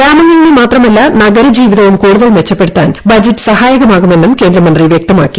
ഗ്രാമങ്ങളിലെ മാത്രമല്ല നഗര ജീവിതവും കൂടുതൽ മെച്ചപ്പെടുത്താൻ ബജറ്റ് സഹായകമാകുമെന്നും കേന്ദ്രമന്ത്രി വ്യക്തമാക്കി